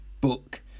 book